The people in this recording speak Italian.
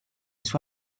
suo